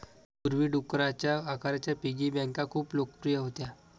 पूर्वी, डुकराच्या आकाराच्या पिगी बँका खूप लोकप्रिय होत्या